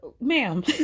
Ma'am